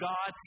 God